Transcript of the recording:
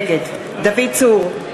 נגד דוד צור,